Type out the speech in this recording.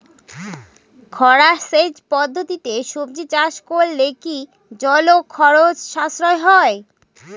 খরা সেচ পদ্ধতিতে সবজি চাষ করলে কি জল ও খরচ সাশ্রয় হয়?